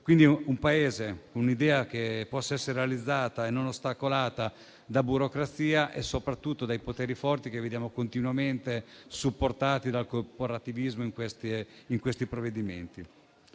nostro Paese questa idea possa essere realizzata e non ostacolata da burocrazia e soprattutto dai poteri forti che vediamo continuamente supportati dal corporativismo nei provvedimenti.